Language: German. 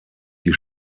die